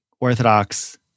orthodox